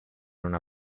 non